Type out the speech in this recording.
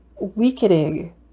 weakening